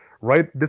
right